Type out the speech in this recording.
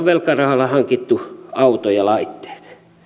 velkarahalla hankittu auto ja laitteet